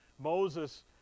Moses